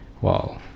wow